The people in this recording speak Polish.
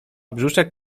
brzuszek